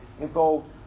involved